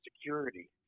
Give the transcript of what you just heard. security